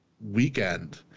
weekend